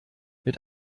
mit